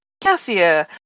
Cassia